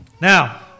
Now